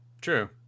True